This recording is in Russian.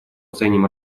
ценим